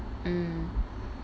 mm